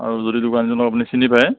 আৰু যদি দোকানীজনক আপুনি চিনি পাই